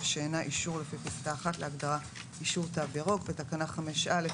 ושאינה אישור לפי פסקה (1) להגדרה "אישור תו ירוק"; בתקנה 5(א)